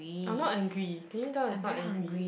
I'm not angry can you tell it's not angry